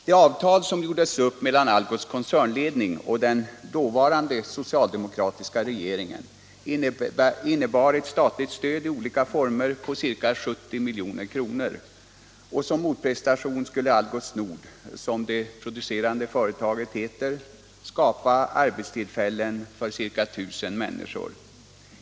Det avtal som träffades mellan Algots koncernledning och den dåvarande socialdemokratiska regeringen innebar ett statligt stöd i olika former på ca 70 milj.kr. Som motprestation skulle Algots Nord, som det producerande företaget heter, skapa arbetstillfällen för ca 1 000 människor.